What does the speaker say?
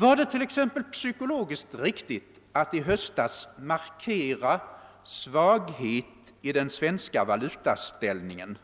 Var det t.ex. psykologiskt riktigt att i höstas markera svaghet i den svenska valutaställningen,